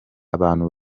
abantu